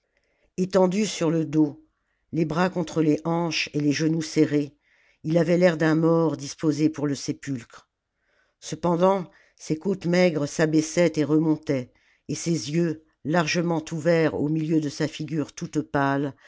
etendu sur le dos les bras contre les hanches et les genoux serrés il avait l'air d'un mort disposé pour le sépulcre cependant ses côtes maigres s'abaissaient et remontaient et ses jeux largement ouverts au milieu de sa figure toute pâle